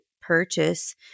purchase